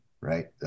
right